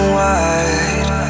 wide